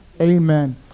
Amen